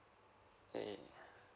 ya ya